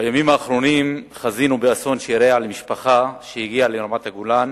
בימים האחרונים חזינו באסון שאירע למשפחה שהגיעה לרמת-הגולן